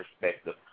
perspective